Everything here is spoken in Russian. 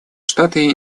штаты